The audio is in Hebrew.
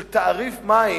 של תעריף מים,